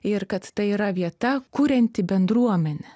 ir kad tai yra vieta kurianti bendruomenę